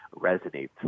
resonates